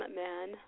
man